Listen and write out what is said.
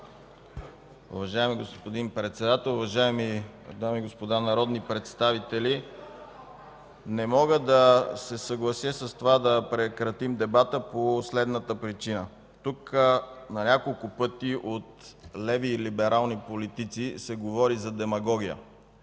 Уважаема господин Председател, уважаеми дами и господа народни представители! Не мога да се съглася с това да прекратим дебата по следната причина. Тук на няколко пъти от леви и либерални политици се говори за демагогия